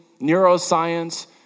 neuroscience